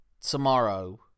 tomorrow